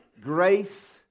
grace